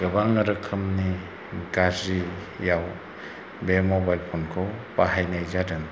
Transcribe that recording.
गोबां रोखोमनि गाज्रियाव बे मबाइल फनखौ बाहायनाय जादों